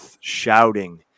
shouting